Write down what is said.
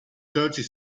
curtis